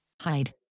Hide